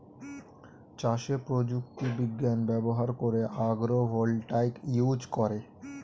চাষে প্রযুক্তি বিজ্ঞান ব্যবহার করে আগ্রো ভোল্টাইক ইউজ করে